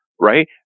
right